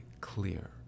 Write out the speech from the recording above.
clear